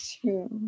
True